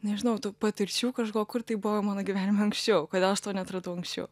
nežinau tų patirčių kažko kur tai buvo mano gyvenime anksčiau kodėl aš to neatradau anksčiau